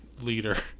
leader